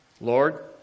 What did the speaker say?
Lord